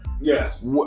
Yes